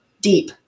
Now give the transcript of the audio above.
deep